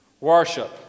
Worship